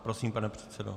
Prosím, pane předsedo.